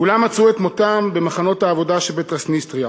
כולם מצאו את מותם במחנות העבודה שבטרנסניסטריה.